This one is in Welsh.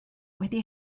wedi